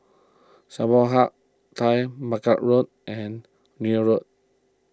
Samsung Hub Taggart Mac Road and Neil Road